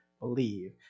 believe